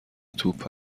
توپ